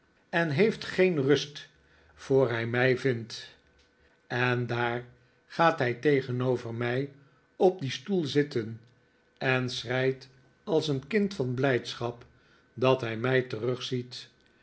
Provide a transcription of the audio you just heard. en heeft geen rust voor hij mij vindt en daar gaat hij tegenover mij op dien stoel zitten en schreit als een kind van blijdschap dat hij mij terugziet